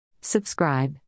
Subscribe